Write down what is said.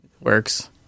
works